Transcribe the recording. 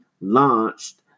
launched